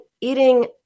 eating